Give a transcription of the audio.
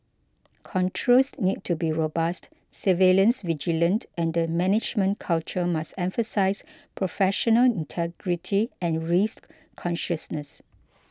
controls need to be robust surveillance vigilant and the management culture must emphasise professional integrity and risk consciousness